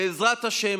בעזרת השם,